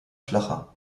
flacher